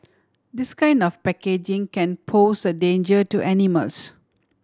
this kind of packaging can pose a danger to animals